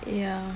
ya